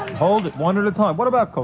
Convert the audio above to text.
hold it. one at a time. what about